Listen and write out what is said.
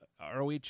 ROH